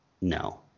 no